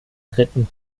dritten